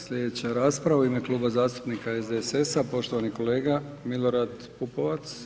Sljedeća rasprava u ime Kluba zastupnika SDSS-a poštovani kolega Milorad Pupovac.